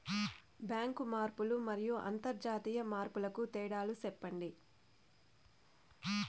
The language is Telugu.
బ్యాంకు మార్పులు మరియు అంతర్జాతీయ మార్పుల కు తేడాలు సెప్పండి?